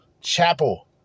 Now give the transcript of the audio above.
Chapel